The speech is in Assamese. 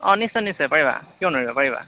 অঁ নিশ্চয় নিশ্চয় পাৰিবা কিয় নোৱাৰিবা পাৰিবা